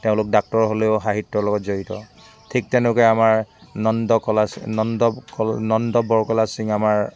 তেওঁলোক ডাক্টৰ হ'লেও সাহিত্যৰ লগত জড়িত ঠিক তেনেকৈ আমাৰ নন্দ কলা নন্দ ক নন্দ বৰকলা সিং আমাৰ